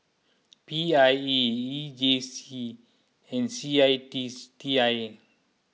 P I E E J C and C I T T I A